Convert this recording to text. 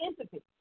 entity